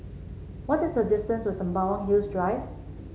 what is the distance to Sembawang Hills Drive